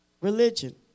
Religion